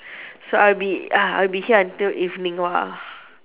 so I'll be uh I'll be here until evening !wah!